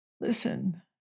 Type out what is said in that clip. listen